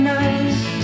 nice